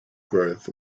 growth